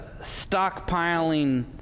stockpiling